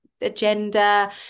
agenda